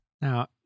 now